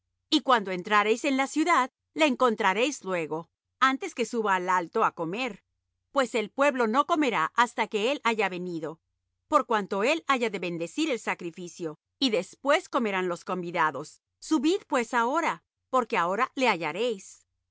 y cuando entrareis en la ciudad le encontraréis luego antes que suba al alto á comer pues el pueblo no comerá hasta que él haya venido por cuanto él haya de bendecir el sacrificio y después comerán los convidados subid pues ahora porque ahora le hallaréis